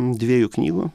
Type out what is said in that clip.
dviejų knygų